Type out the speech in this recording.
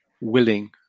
willing